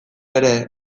ere